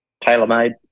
tailor-made